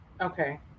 Okay